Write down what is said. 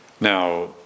Now